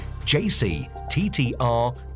JCTTR